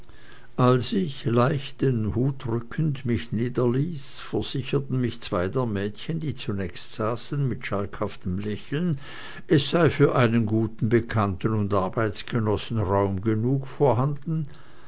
als ich leicht den hut rückend mich niederließ versicherten mich zwei der mädchen die zunächst saßen mit schalkhaftem lächeln es sei für einen guten bekannten und arbeitsgenossen raum genug vorhanden